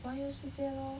环游世界 lor